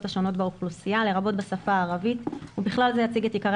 השונות באוכלוסייה לרבות בשפה הערבית ובכלל זה יציג את עיקרי